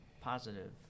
positive